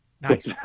Nice